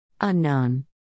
Unknown